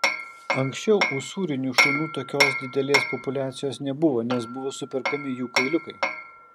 anksčiau usūrinių šunų tokios didelės populiacijos nebuvo nes buvo superkami jų kailiukai